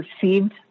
perceived